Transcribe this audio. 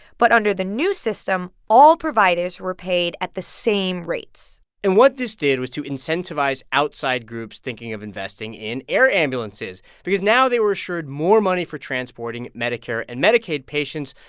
but under the new system, all providers were paid at the same rates and what this did was to incentivize outside groups thinking of investing in air ambulances because now, they were assured more money for transporting medicare and medicaid patients.